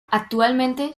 actualmente